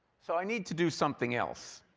so i need to do something else,